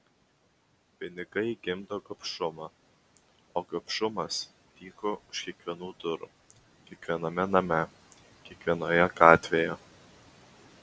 pinigai gimdo gobšumą o gobšumas tyko už kiekvienų durų kiekviename name kiekvienoje gatvėje